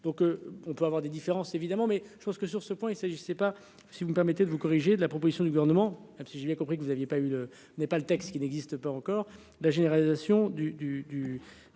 Donc on peut avoir des différences, évidemment mais je crois que sur ce point et ça, je sais pas si vous me permettez de vous corriger, de la proposition du gouvernement même si j'ai bien compris que vous aviez pas eu n'est pas le texte, qui n'existe pas encore. La généralisation du